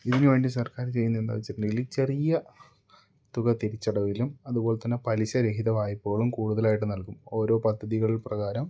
ഇതിനുവേണ്ടി സർക്കാർ ചെയ്യുന്നത് എന്താണെന്നു വെച്ചിട്ടുണ്ടെങ്കിൽ ചെറിയ തുക തിരിച്ചടവിലും അതുപോലെത്തന്നെ പലിശ രഹിത വായ്പകളും കൂടുതലായിട്ട് നൽകും ഓരോ പദ്ധതികൾ പ്രകാരം